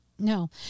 No